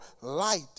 light